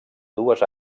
dues